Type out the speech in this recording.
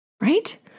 Right